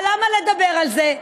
אבל למה לדבר על זה?